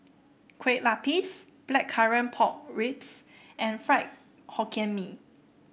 Kueh Lapis Blackcurrant Pork Ribs and Fried Hokkien Mee